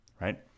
right